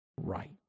right